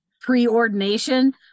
pre-ordination